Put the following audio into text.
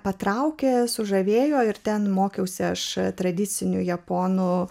patraukia sužavėjo ir ten mokiausi aš tradicinių japonų